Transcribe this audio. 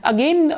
Again